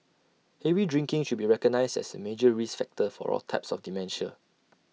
heavy drinking should be recognised as A major risk factor for all types of dementia